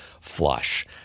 flush